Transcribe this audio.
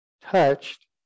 touched